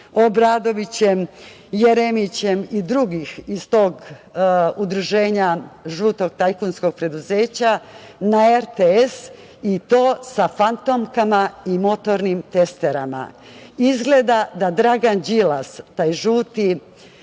Obradovićem, Jeremićem i drugih ih tog udruženja žutog tajkunskog preduzeća na RTS i to sa fantomkama i motornim testerama. Izgleda da Dragan Đilas, taj žuti